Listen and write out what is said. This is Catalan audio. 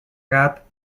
gat